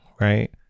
right